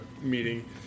meeting